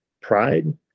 pride